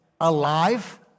alive